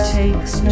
takes